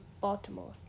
Baltimore